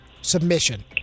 submission